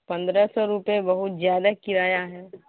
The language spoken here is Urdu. پندرہ سو روپیہ بہت زیادہ کرایہ ہے